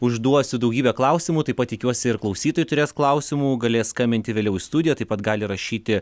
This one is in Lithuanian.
užduosiu daugybę klausimų taip pat tikiuosi ir klausytojai turės klausimų galės skambinti vėliau į studiją taip pat gali rašyti